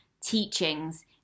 teachings